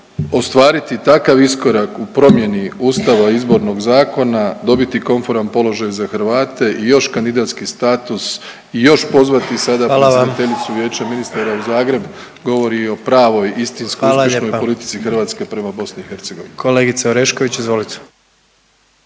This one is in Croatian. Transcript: ostvariti takav iskorak u promjeni Ustava i Izbornog zakona, dobiti komforan položaj za Hrvate i još kandidatski status i još pozvati sada … …/Upadica predsjednik: Hvala vam./… … predsjedateljicu Vijeća ministara u Zagreb govori i o pravoj, istinskoj uspješnoj politici Hrvatske prema BiH.